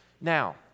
Now